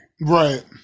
Right